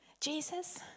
Jesus